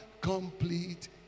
complete